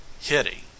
hitty